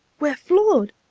we're floored!